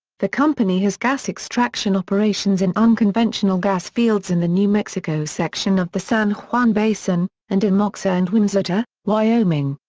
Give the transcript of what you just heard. the company has gas extraction operations in unconventional gas fields in the new mexico section of the san juan basin, and in moxa and wamsutter, wyoming.